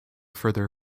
further